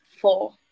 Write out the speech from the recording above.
four